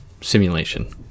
simulation